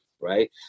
right